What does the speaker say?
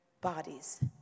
bodies